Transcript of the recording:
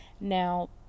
Now